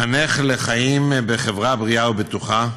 לחנך לחיים בחברה בריאה ובטוחה,